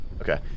Okay